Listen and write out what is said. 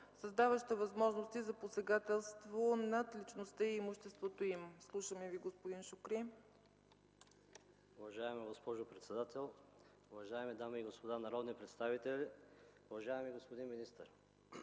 създаваща възможности за посегателство над личността и имуществото им. Слушаме Ви, господин Шукри. БЕЛГИН ШУКРИ (ДПС): Уважаема госпожо председател, уважаеми дами и господа народни представители! Уважаеми господин министър,